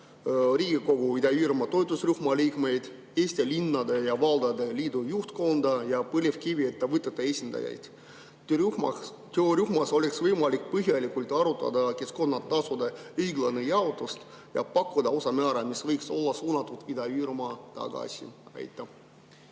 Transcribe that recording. Riigikogu Ida-Virumaa toetusrühma liikmeid, Eesti Linnade ja Valdade Liidu juhtkonda ja põlevkiviettevõtjate esindajaid? Töörühmas oleks võimalik põhjalikult arutada keskkonnatasude õiglast jaotust ja pakkuda osamäära, mis võiks olla suunatud Ida-Virumaale tagasi.